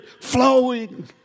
flowing